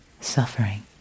suffering